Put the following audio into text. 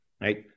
right